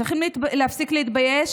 צריכים להפסיק להתבייש,